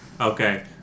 Okay